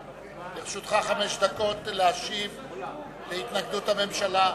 לרשותך חמש דקות להשיב להתנגדות הממשלה.